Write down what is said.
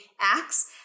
acts